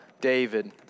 David